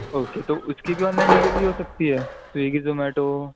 okay تو اُس کی بھی آن لائن ڈلیوری ہو سکتی ہے سوگی زومیٹو